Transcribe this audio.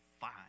fine